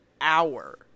hour